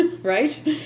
Right